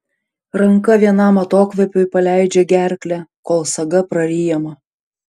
ranka vienam atokvėpiui paleidžia gerklę kol saga praryjama